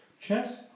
Chess